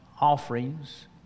offerings